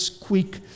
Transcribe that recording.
quick